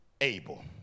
able